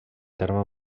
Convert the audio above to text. terme